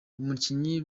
abakinnyi